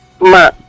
Ma